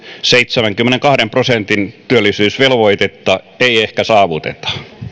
seitsemänkymmenenkahden prosentin työllisyysvelvoitetta ei ehkä saavuteta